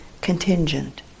contingent